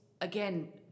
Again